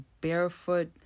barefoot